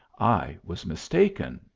i was mistaken,